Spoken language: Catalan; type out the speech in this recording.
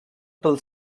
pel